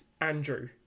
Andrew